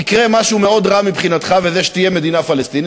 יקרה משהו מאוד רע מבחינתך בזה שתהיה מדינה פלסטינית,